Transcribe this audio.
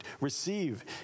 receive